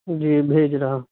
جی بھیج رہا